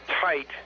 tight